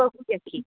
okay ठीक